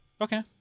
Okay